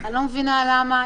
אני לא מבינה למה.